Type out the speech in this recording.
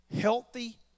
Healthy